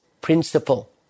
principle